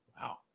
wow